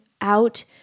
out